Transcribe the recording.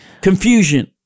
confusion